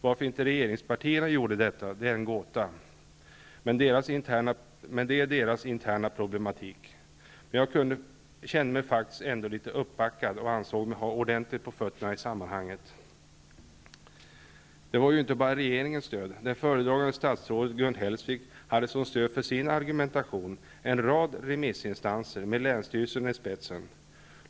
Varför inte regeringspartierna gjorde detta är en gåta -- det är deras interna problematik -- men jag kände mig faktiskt ändå litet uppbackad och ansåg mig ha ordentligt på fötterna i sammanhanget. Det var ju inte bara regeringens stöd som jag hade. Det föredragande statsrådet Gun Hellsvik hade till stöd för sin argumentation en rad remissinstanser med länsstyrelsen i spetsen.